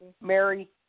Mary